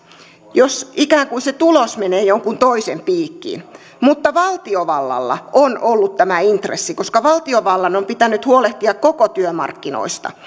jos ikään kuin se tulos menee jonkun toisen piikkiin mutta valtiovallalla on ollut tämä intressi koska valtiovallan on pitänyt huolehtia koko työmarkkinoista